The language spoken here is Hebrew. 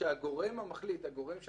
וזו חקיקה וזו לא חזקה חלוטה.